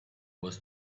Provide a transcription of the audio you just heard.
was